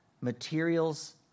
materials